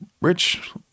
rich